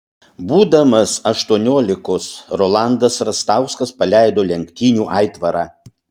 būdamas aštuoniolikos rolandas rastauskas paleido lenktynių aitvarą